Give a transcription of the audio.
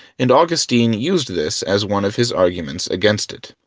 and augustine used this as one of his arguments against it.